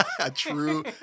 true